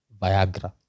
viagra